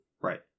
Right